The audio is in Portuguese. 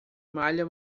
malha